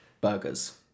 burgers